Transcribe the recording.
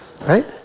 right